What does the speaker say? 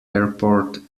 airport